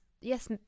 yes